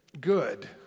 good